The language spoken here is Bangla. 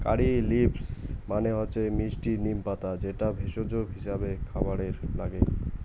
কারী লিভস মানে হসে মিস্টি নিম পাতা যেটা ভেষজ হিছাবে খাবারে নাগে